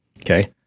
Okay